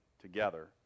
together